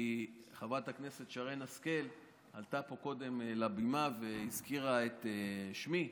כי חברת הכנסת שרן השכל עלתה פה קודם לבימה והזכירה את שמי.